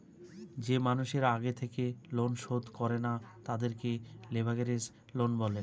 যে মানুষের আগে থেকে লোন শোধ করে না, তাদেরকে লেভেরাগেজ লোন বলে